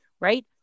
right